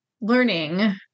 learning